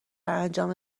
انجام